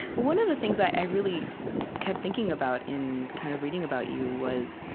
one of the things i really kept thinking about in kind of reading about you was,